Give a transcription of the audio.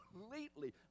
completely